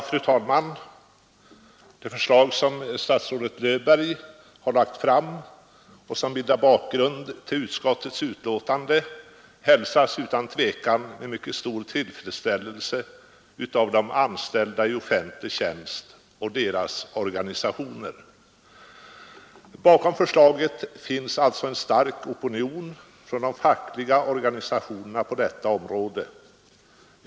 Fru talman! Det förslag som statsrådet Löfberg har lagt fram, och som bildar bakgrund till utskottets betänkande, hälsas utan tvivel med mycket stor tillfredsställelse av de anställda i offentlig tjänst och deras organisationer. Bakom förslaget finns alltså en stark opinion från de fackliga organisationerna på detta område.